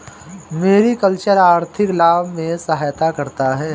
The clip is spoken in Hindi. मेरिकल्चर आर्थिक लाभ में सहायता करता है